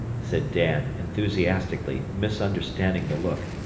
said dan, enthusiastically, misunderstanding the look.